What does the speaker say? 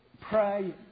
pray